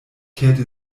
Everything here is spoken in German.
kehrte